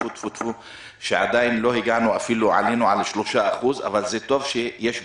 לא עלינו על 3% אבל טוב שיש בדיקות.